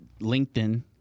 LinkedIn